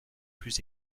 plus